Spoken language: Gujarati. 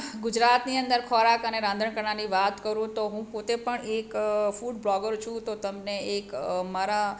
ગુજરાતની અંદર ખોરાક અને રાંધણકળાની વાત કરું તો હું પોતે પણ એક ફૂડ બ્લોગર છું તો તમને એક મારા